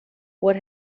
what